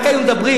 רק היו מדברים.